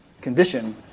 condition